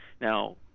Now